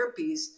therapies